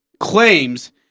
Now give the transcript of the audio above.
claims